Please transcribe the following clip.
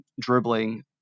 dribbling